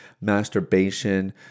masturbation